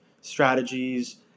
strategies